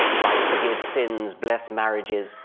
like forgive sins, bless marriages,